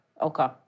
Okay